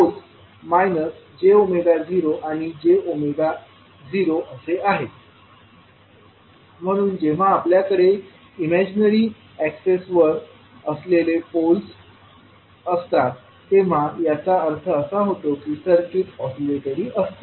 poles j0 आणि j0 असे आहेत म्हणून जेव्हा आपल्याकडे इमैजनेरी एक्सिसवर असंलेले पोल्स असतात तेव्हा त्याचा अर्थ असा होतो की सर्किट ऑसिलेटरी असते